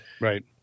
right